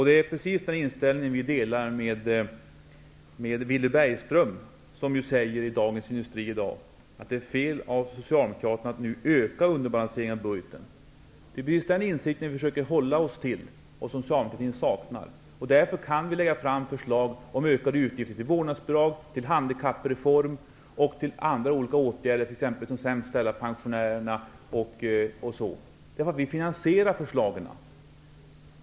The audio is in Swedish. Det är precis den inställning som vi delar med Villy Bergström, som i Dagens Industri i dag säger att det är fel av Socialdemokraterna att nu öka underbalanseringen av budgeten. Det är precis den insikten som vi försöker hålla oss till och som socialdemokratin saknar. Därför kan vi lägga fram förslag om ökade utgifter till vårdnadsbidrag, till handikappreform och till andra åtgärder, t.ex. för de sämst ställda pensionärerna. Vi finansierar nämligen förslagen.